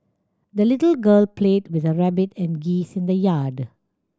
the little girl played with her rabbit and geese in the yard